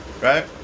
right